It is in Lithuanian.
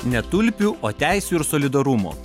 ne tulpių o teisių ir solidarumo